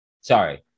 Sorry